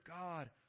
God